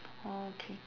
oh okay